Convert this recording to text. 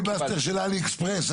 זה פיליבסטר של עלי אקספרס.